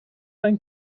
ein